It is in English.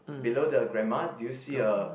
below the grandma do you see a